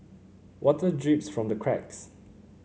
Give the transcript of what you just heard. water drips from the cracks